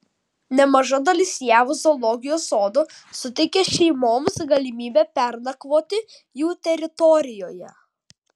nemaža dalis jav zoologijos sodų suteikia šeimoms galimybę pernakvoti jų teritorijoje